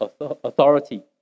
authority